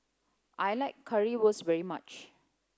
I like Currywurst very much